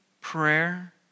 prayer